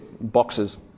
boxes